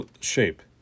shape